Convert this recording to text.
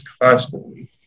constantly